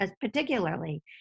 particularly